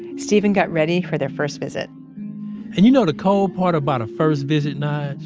steven got ready for their first visit and you know the cold part about a first visit, nyge?